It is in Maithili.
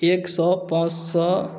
एक सए पाँच सए